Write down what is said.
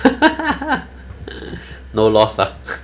no loss lah